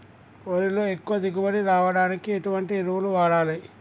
వరిలో ఎక్కువ దిగుబడి రావడానికి ఎటువంటి ఎరువులు వాడాలి?